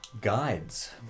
Guides